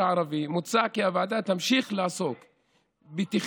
הערבי מוצע כי הוועדה תמשיך לעסוק בתכנון.